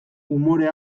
umore